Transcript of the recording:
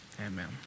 Amen